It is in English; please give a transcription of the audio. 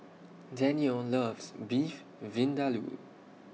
Danielle loves Beef Vindaloo